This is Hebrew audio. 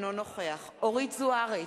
אינו נוכח אורית זוארץ,